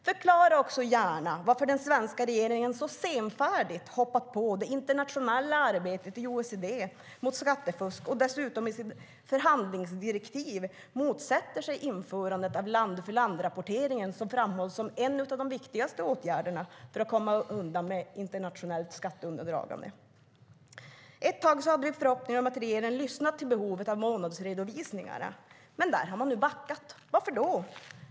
Förklara också gärna varför den svenska regeringen så senfärdigt hoppar på det internationella arbetet i OECD mot skattefusk och dessutom i sitt förhandlingsdirektiv motsätter sig införandet av land-för-land-rapportering, som framhålls som en av de viktigaste åtgärderna för att komma till rätta med internationellt skatteundandragande. Ett tag hade vi förhoppningen att regeringen skulle ha lyssnat på behovet av månadsredovisningar, men där har man nu backat. Varför då?